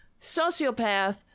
sociopath